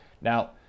Now